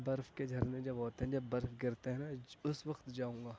برف کے جھرنے جب ہوتے ہیں جب برف گرتے ہیں نہ اس وقت جاؤں گا